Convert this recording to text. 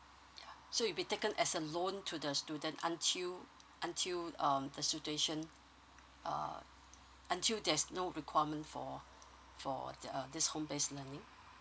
so it will be taken as a loan to the students until until um the situation uh until there's no requirement for for uh this home based learning